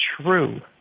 true